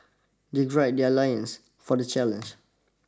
they gird their lines for the challenge